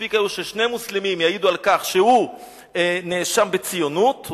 מספיק היה ששני מוסלמים יעידו על כך שהוא נאשם בציונות,